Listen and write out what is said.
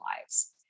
lives